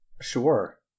Sure